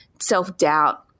self-doubt